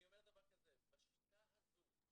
אני אומר דבר כזה בשיטה הזו,